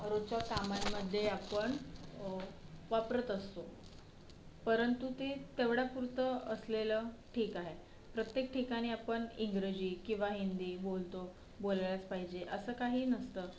रोजच्या कामांमध्ये आपण वापरत असतो परंतु ते तेवढ्यापुरतं असलेलं ठीक आहे प्रत्येक ठिकाणी आपण इंग्रजी किंवा हिंदी बोलतो बोलायलाच पाहिजे असं काही नसतं